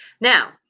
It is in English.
Now